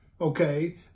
okay